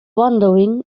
wondering